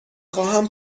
خواهم